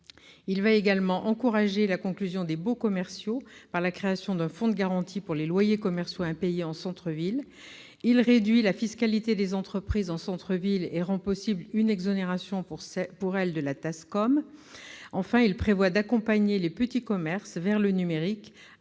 Il va également encourager la conclusion des baux commerciaux par la création d'un fonds de garantie pour les loyers commerciaux impayés en centre-ville. Il réduit la fiscalité des entreprises en centre-ville et rend possible une exonération pour elles de la TASCOM. Enfin, il prévoit d'accompagner les petits commerces vers le numérique au